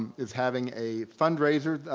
is having a fundraiser.